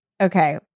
okay